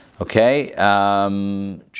Okay